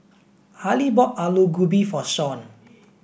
Hali bought Alu Gobi for Sean